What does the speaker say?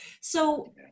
So-